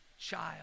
child